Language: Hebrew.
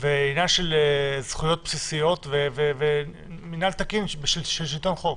זה עניין של זכויות בסיסיות ומנהל תקין של שלטון חוק.